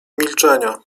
milczenia